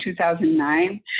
2009